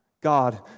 God